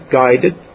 guided